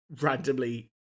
randomly